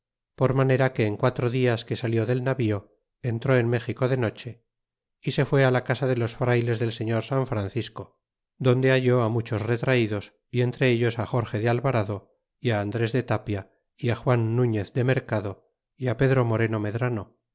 por manera que en quatro dias que salió del navio entró en méxico de noche y se fué la casa de los frayles del señor san francisco donde halló muchos retraidos y entre ellos jorge de albarado y andres de tapia y juan nuñez de mercado é pedro moreno medran